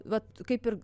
vat kaip ir